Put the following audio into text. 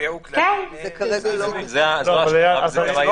כרגע זה לא כתוב.